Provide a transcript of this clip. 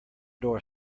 door